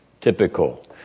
typical